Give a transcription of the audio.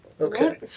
Okay